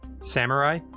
Samurai